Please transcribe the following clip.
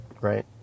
right